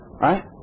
right